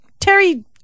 Terry